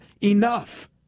enough